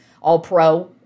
All-Pro